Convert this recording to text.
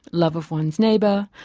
love of one's neighbour,